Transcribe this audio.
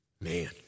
man